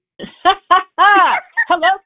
Hello